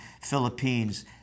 Philippines